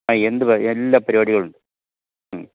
അ എന്ത് എല്ലാ പരിപാടികളും മ്